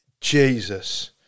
Jesus